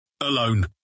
Alone